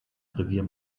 revier